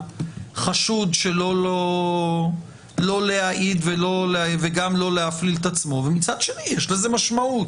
לחשוד שלא להעיד וגם לא להפליל את עצמו ומצד שני יש לזה משמעות.